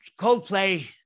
Coldplay